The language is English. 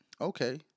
Okay